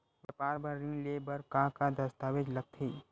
व्यापार बर ऋण ले बर का का दस्तावेज लगथे?